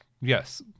Yes